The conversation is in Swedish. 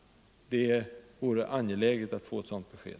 Det vore angeläget att få besked på den punkten.